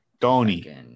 Tony